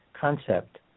concept